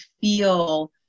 feel